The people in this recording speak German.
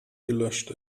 gelöscht